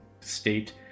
state